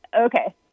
Okay